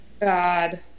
God